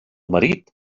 marit